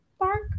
bark